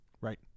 Right